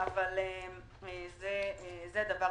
זה חלק מהתוכנית.